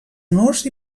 honors